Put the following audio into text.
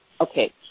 okay